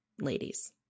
ladies